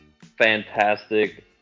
fantastic